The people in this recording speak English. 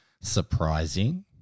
surprising